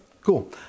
Cool